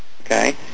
okay